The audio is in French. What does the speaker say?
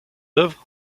œuvres